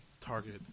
Target